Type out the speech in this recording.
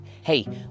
hey